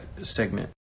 segment